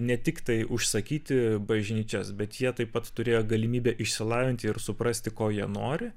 ne tiktai užsakyti bažnyčias bet jie taip pat turėjo galimybę išsilavinti ir suprasti ko jie nori